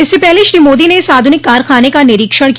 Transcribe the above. इससे पहले श्री मोदी ने इस आधुनिक कारखाने का निरीक्षण किया